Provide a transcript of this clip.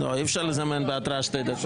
אי-אפשר לזמן בהתראה של שתי דקות.